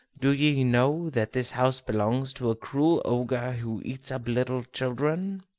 do ye know that this house belongs to a cruel ogre who eats up little children?